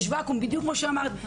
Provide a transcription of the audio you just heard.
יש ואקום בדיוק כפי שאמרת.